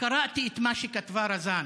קראתי מה שכתבה רזאן